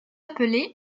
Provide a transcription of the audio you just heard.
appelés